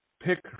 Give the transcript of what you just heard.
pick